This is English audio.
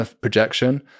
projection